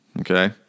Okay